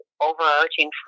overarching